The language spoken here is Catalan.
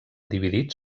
dividits